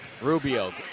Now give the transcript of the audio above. Rubio